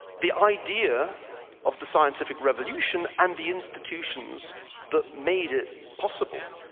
the idea of the scientific revolution and the institutions that made it possible.